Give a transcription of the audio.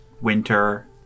winter